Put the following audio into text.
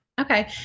okay